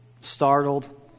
startled